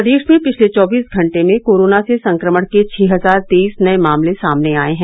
प्रदेश में पिछले चौबीस घंटे में कोरोना से संक्रमण के छः हजार तेईस नए मामले सामने आए हैं